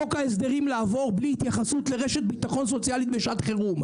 לחוק ההסדרים לעבור בלי התייחסות לרשת ביטחון סוציאלית בשעת חירום.